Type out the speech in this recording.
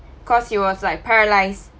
cause he was like paralysed